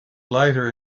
later